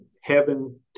heaven